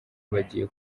bagiye